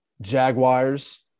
Jaguars